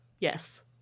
Yes